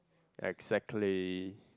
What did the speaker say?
exactly